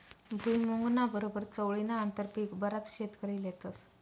भुईमुंगना बरोबर चवळीनं आंतरपीक बराच शेतकरी लेतस